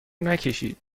نکشید